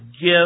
give